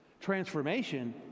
Transformation